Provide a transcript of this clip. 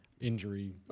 injury